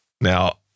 Now